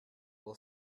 will